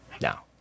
Now